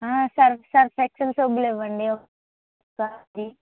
Surf Surf Excel సుబ్బులివ్వండి